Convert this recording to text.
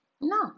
No